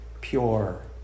pure